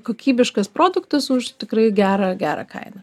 kokybiškas produktas už tikrai gerą gerą kainą